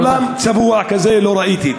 עולם צבוע כזה לא ראיתי.